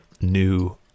new